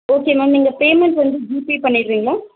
okay ma'am நீங்கள் payment வந்து GPay பண்ணிடுறீங்களா